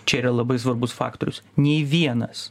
čia yra labai svarbus faktorius nei vienas